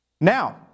Now